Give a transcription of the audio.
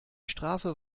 strafe